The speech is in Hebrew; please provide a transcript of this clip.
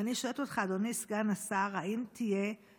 ואני שואלת אותך, אדוני סגן השר, האם תיאות